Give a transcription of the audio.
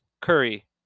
Curry